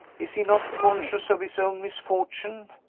is he not conscious of his own misfortune?